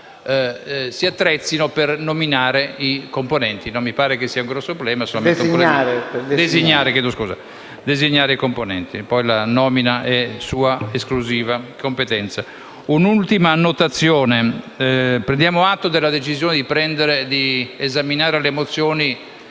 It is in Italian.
Un'ultima annotazione: prendiamo atto della decisione di esaminare le mozioni